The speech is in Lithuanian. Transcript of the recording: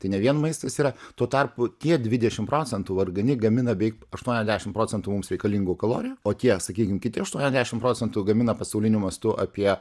tai ne vien maistas yra tuo tarpu tie dvidešim procentų vargani gamina beveik aštuoniasdešim procentų mums reikalingų kalorijų o tie sakykim kiti atuoniasdešim procentų gamina pasauliniu mastu apie